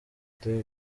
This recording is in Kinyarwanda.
today